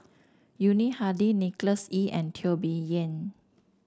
Yuni Hadi Nicholas Ee and Teo Bee Yen